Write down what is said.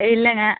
இல்லைங்க